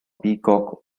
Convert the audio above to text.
peacock